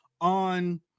on